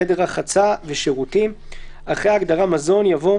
חדר רחצה ושירותים,"; (6)אחרי ההגדרה "מזון" יבוא: